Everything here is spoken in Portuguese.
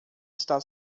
está